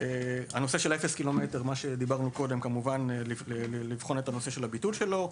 בנושא של "אפס קילומטר" לבחון את הנושא של הביטול שלו;